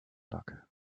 luck